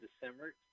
December